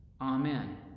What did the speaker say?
amen